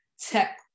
tech